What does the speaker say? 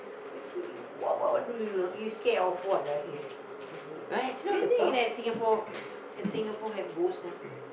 actually what what what do you do not you scared of what ah here you think that Singapore Singapore have ghost ah